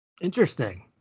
interesting